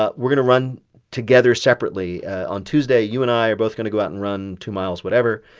ah we're going to run together separately. on tuesday, you and i are both going to go out and run two miles whatever.